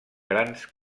grans